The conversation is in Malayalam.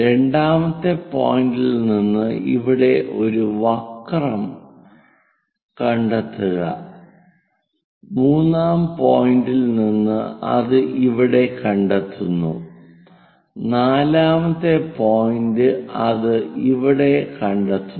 രണ്ടാമത്തെ പോയിന്റിൽ നിന്ന് ഇവിടെ ഒരു വക്രം കണ്ടെത്തുക മൂന്നാം പോയിന്റിൽ നിന്ന് അത് ഇവിടെ കണ്ടെത്തുന്നു നാലാമത്തെ പോയിന്റ് അത് ഇവിടെ കണ്ടെത്തുന്നു